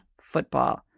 football